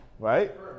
Right